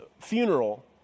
funeral